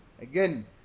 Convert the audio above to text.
again